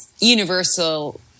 universal